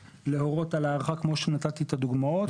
להורות על הארכה כמו שנתתי את הדוגמאות.